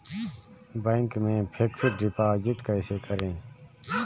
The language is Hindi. बैंक में फिक्स डिपाजिट कैसे करें?